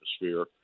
atmosphere